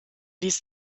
ließ